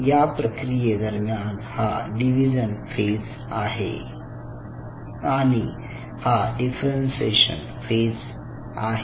या प्रक्रिये दरम्यान हा डिव्हिजन फेज आहे आणि हा डिफरेन्ससेशन फेज आहे